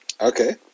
Okay